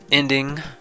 Ending